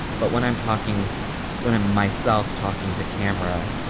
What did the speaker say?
but when i'm talking when i'm myself talking to camera,